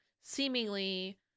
seemingly